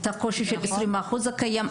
את הקושי של עשרים אחוז הקיים,